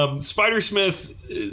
Spider-Smith